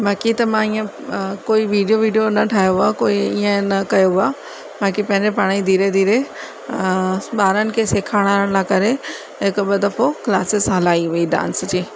बाक़ी त मां इअं कोई विडिओ विडिओ न ठाहियो आहे कोई इअं न कयो आहे बाक़ी पंहिंजे पाणे धीरे धीरे ॿारनि खे सेखारण लाइ करे हिकु ॿ दफ़ो क्लासिस हलाई हुई डांस जी